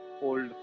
old